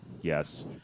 Yes